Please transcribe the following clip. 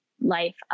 life